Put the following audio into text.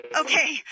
Okay